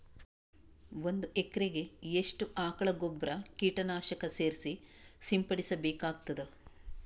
ಒಂದು ಎಕರೆಗೆ ಎಷ್ಟು ಆಕಳ ಗೊಬ್ಬರ ಕೀಟನಾಶಕ ಸೇರಿಸಿ ಸಿಂಪಡಸಬೇಕಾಗತದಾ?